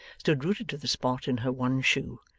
stood rooted to the spot in her one shoe,